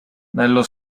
nello